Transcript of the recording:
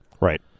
Right